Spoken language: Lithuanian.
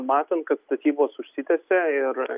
matant kad statybos užsitęsė ir